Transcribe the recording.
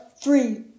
Three